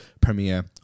premiere